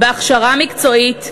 בהכשרה מקצועית,